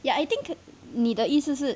ya I think 你的意思是